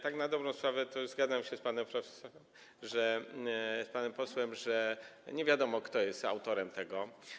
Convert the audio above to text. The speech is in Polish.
Tak na dobrą sprawę to zgadzam się z panem profesorem, z panem posłem, że nie wiadomo, kto jest autorem tego.